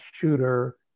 shooter